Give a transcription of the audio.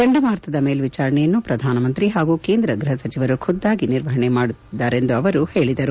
ಚಂಡಮಾರುತದ ಮೇಲ್ವಿಚಾರಣೆಯನ್ನು ಶ್ರಧಾನಮಂತ್ರಿ ಹಾಗೂ ಕೇಂದ್ರ ಗೃಹ ಸಚಿವರು ಖುದ್ದಾಗಿ ನಿರ್ವಹಣೆ ಮಾಡುತ್ತಿದ್ದಾರೆಂದು ಅವರು ಹೇಳಿದರು